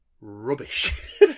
rubbish